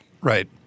Right